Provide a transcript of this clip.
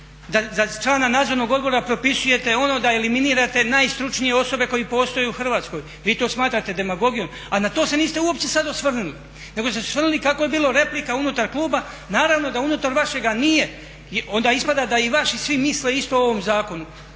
za člana nadzornog odbora propisujete ono da je eliminirate najstručnije osobe koje postoje u Hrvatskoj, vi to smatrate demagogijom? A na to ste niste uopće sad osvrnuli, nego ste se osvrnuli kako je bilo replika unutar kluba, naravno da unutar vašega nije, onda ispada da i vaši svi misle isto o ovom zakonu